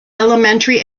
elementary